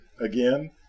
Again